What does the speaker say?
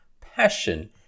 passion